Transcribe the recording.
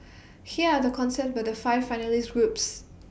here are the concepts by the five finalist groups